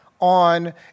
on